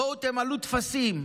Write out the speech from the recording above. בואו תמלאו טפסים.